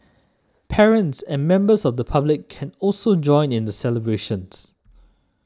parents and members of the public can also join in the celebrations